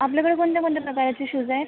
आपल्याकडे कोणत्या कोणत्या प्रकारचे शूज आएत